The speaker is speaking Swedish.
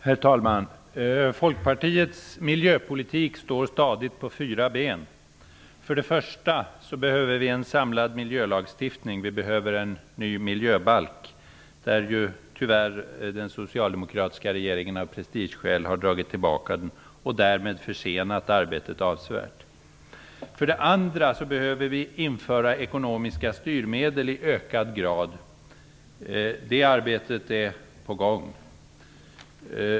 Herr talman! Folkpartiets miljöpolitik står stadigt på fyra ben. För det första behöver vi en samlad miljölagstiftning. Vi behöver en ny miljöbalk. Tyvärr har den socialdemokratiska regeringen av prestigeskäl dragit tillbaka förslaget och därmed försenat arbetet avsevärt. För det andra behöver vi införa ekonomiska styrmedel i ökad grad. Det arbetet är på gång.